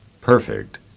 perfect